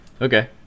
Okay